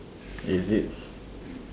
is it